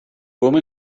woman